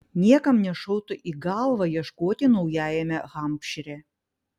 niekam nešautų į galvą ieškoti naujajame hampšyre